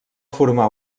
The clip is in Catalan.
formar